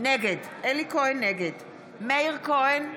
נגד מאיר כהן,